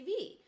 TV